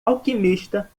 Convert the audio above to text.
alquimista